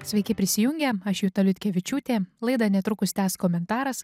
sveiki prisijungę aš juta liutkevičiūtė laidą netrukus tęs komentaras